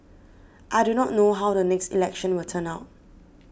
I do not know how the next election will turn out